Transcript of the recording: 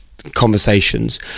Conversations